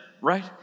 right